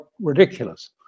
ridiculous